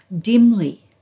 dimly